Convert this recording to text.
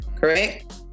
Correct